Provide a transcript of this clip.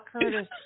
Curtis